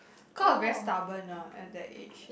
cause I was very stubborn ah at that age